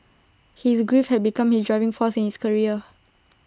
his grief had become his driving force in his career